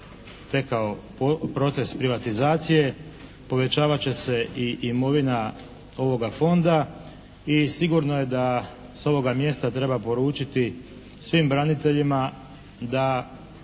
tekao proces privatizacije, povećavat će se i imovina ovoga fonda i sigurno je da sa ovoga mjesta treba poručiti svim braniteljima da